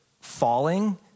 falling